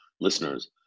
listeners